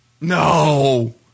No